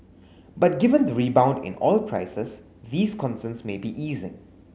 but given the rebound in oil prices these concerns may be easing